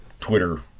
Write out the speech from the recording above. Twitter